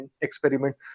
experiment